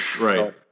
Right